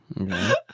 okay